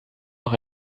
noch